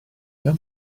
mewn